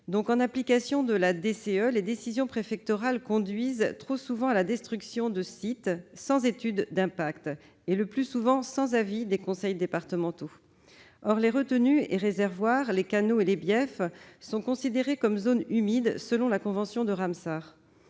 2000. En application de la DCE, les décisions préfectorales conduisent trop souvent à la destruction de sites, sans étude d'impact et, le plus souvent, sans avis des conseils départementaux. Les retenues et réservoirs, les canaux et les biefs sont considérés comme zones humides selon la convention de Ramsar.